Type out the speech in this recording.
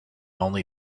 only